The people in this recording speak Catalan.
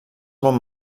molt